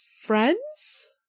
friends